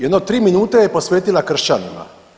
Jedno 3 minute je posvetila kršćanima.